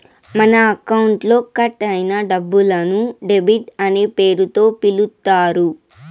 మన అకౌంట్లో కట్ అయిన డబ్బులను డెబిట్ అనే పేరుతో పిలుత్తారు